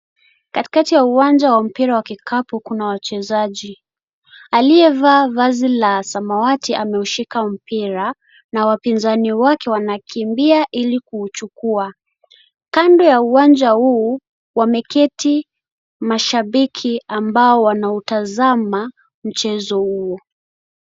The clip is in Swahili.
Katikati ya uwanja wa mpira wa kikapu kuna wachezaji. Aliyevaa vazi la samawati ameushika mpira, na wapinzani wake wanakimbia ili kuuchukua. Kando ya uwanja huu, wameketi mashabiki ambao wanautazama mchezo huo.